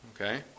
okay